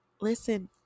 listen